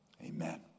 Amen